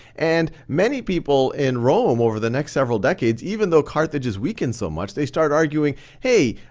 and many people in rome over the next several decades even though carthage is weakened so much, they start arguing, hey,